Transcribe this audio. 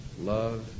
love